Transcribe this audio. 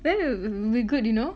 then wou~ w~ we good you know